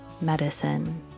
medicine